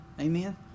Amen